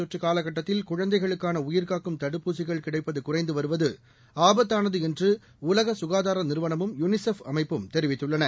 தொற்றுகாலகட்டத்தில் குழந்தைகளுக்கானஉயிர்காக்கும் உலகம் முழுவதும் தடுப்பூசிகள் கிடைப்பதுகுறைந்துவருவதுஆபத்தானதுஎன்றஉலகசுகாதாரநிறுவனமும் யுனிசெஃப் அமைப்பும் தெரிவித்துள்ளன